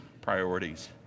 priorities